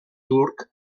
turc